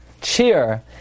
cheer